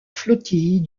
flottille